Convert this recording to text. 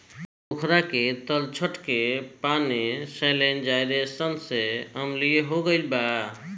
पोखरा के तलछट के पानी सैलिनाइज़ेशन से अम्लीय हो गईल बा